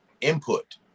input